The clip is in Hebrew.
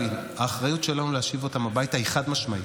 האחריות שלנו להשיב אותם הביתה היא חד-משמעית.